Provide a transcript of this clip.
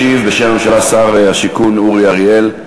ישיב בשם הממשלה שר הבינוי והשיכון אורי אריאל.